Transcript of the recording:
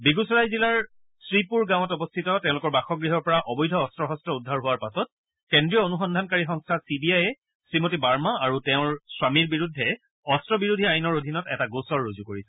বেণুছৰাই জিলাৰ শ্ৰীপুৰ গাঁৱত অৱস্থিত তেওঁলোকৰ বাসগৃহৰ পৰা অবৈধ অন্ত শন্ত্ৰ উদ্ধাৰ হোৱাৰ পাছত কেন্দ্ৰীয় অনুসন্ধানকাৰী সংস্থা চি বি আয়ে শ্ৰীমতী বাৰ্মা আৰু তেওঁৰ স্বামীৰ বিৰুদ্ধে অপ্নবিৰোধী আইনৰ অধীনত এটা গোচৰ ৰুজু কৰিছিল